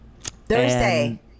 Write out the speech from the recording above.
Thursday